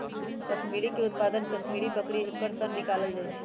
कस्मिरीके उत्पादन कस्मिरि बकरी एकर सन निकालल जाइ छै